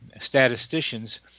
statisticians